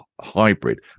hybrid